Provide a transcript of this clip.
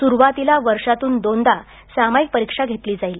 सुरुवातीला वर्षातून दोनदा सामायिक परीक्षा घेतली जाईल